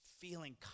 feeling